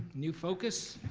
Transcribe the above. new focus.